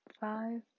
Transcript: five